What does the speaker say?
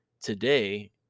today